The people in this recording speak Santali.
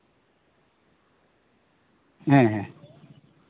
ᱦᱮᱸ ᱦᱮᱸ